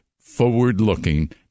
forward-looking